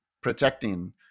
protecting